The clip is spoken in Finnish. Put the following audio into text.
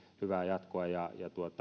hyvää jatkoa ja